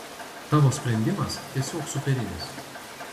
tavo sprendimas tiesiog superinis